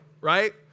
right